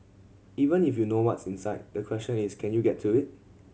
even if you know what's inside the question is can you get to it